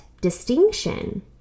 distinction